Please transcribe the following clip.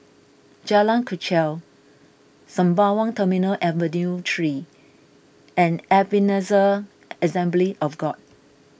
Jalan Kechil Sembawang Terminal Avenue three and Ebenezer Assembly of God